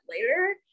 later